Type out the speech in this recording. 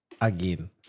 again